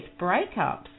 breakups